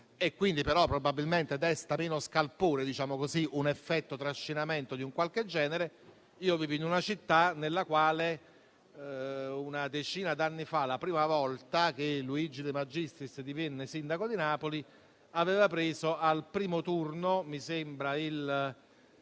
quindi probabilmente desta meno scalpore un effetto trascinamento. Io vivo in una città nella quale una decina d'anni fa, la prima volta che Luigi de Magistris divenne sindaco di Napoli, aveva preso al primo turno - mi sembra,